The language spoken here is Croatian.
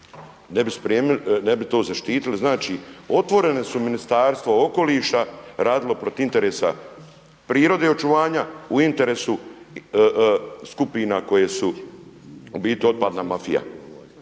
ne bi to zaštitili. Znači, otvoreno su Ministarstvo okoliša radilo protiv interesa prirode i očuvanja u interesu skupina koje su u biti otpadna mafija.